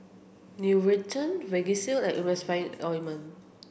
Nutren Vagisil and Emulsying ointment